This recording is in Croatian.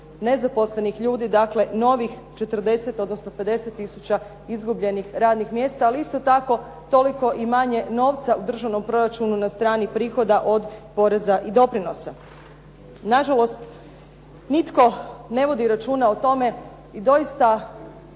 nezaposlenih ljudi, dakle novih 40, odnosno 50 tisuća izgubljenih radnih mjesta. Ali isto tako toliko i manje novca u državnom proračunu na strani prihoda od poreza i doprinosa. Nažalost, nitko ne vodi računa o tome i doista